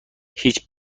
هیچ